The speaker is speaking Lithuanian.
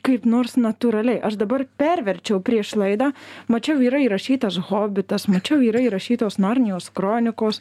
kaip nors natūraliai aš dabar perverčiau prieš laidą mačiau yra įrašytas hobitas mačiau yra įrašytos narnijos kronikos